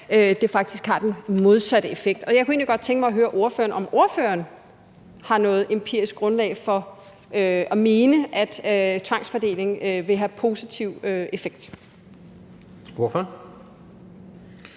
det faktisk har den modsatte effekt. Jeg kunne egentlig godt tænke mig at høre ordføreren, om ordføreren har noget empirisk grundlag for at mene, at tvangsfordeling vil have positiv effekt. Kl.